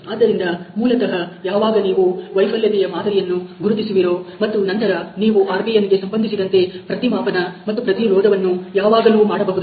ಆದ್ದರಿಂದ ಮೂಲತಹ ಯಾವಾಗ ನೀವು ವೈಫಲ್ಯತೆಯ ಮಾದರಿಯನ್ನು ಗುರುತಿಸಿರುವಿರೋ ಮತ್ತು ನಂತರ ನೀವು RPN'ಗೆ ಸಂಬಂಧಿಸಿದಂತೆ ಪ್ರತಿಮಾಪನ ಮತ್ತು ಪ್ರತಿರೋಧವನ್ನು ಯಾವಾಗಲೂ ಮಾಡಬಹುದು